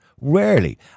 rarely